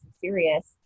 serious